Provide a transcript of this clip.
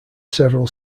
several